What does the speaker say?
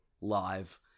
live